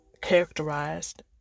characterized